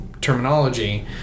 terminology